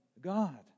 God